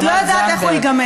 את לא יודעת איך הוא ייגמר.